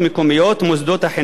מוסדות החינוך הגבוה